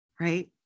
Right